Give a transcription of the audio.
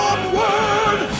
Onward